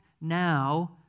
now